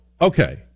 okay